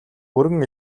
бүрэн